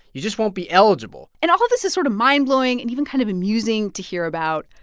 you just won't be eligible and all this is sort of mind blowing and even kind of amusing to hear about.